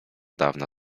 dawna